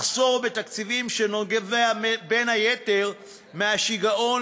מחסור בתקציבים שנובע בין היתר מהשיגעון